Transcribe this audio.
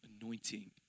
anointing